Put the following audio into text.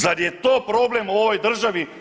Zar je to problem u ovoj državi?